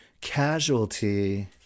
casualty